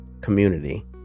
community